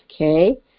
okay